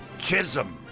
chisholm,